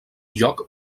lloc